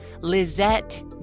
Lizette